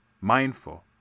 mindful